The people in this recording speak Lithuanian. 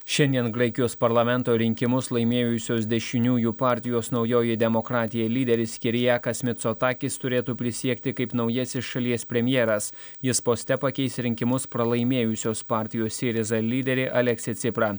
šiandien graikijos parlamento rinkimus laimėjusios dešiniųjų partijos naujoji demokratija lyderis kerijakas micotakis turėtų prisiekti kaip naujasis šalies premjeras jis poste pakeis rinkimus pralaimėjusios partijos siriza lyderį aleksį ciprą